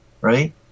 right